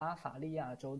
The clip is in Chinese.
巴伐利亚州